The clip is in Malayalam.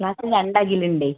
ക്ലാസ്സിൽ രണ്ടഖിലുണ്ടേ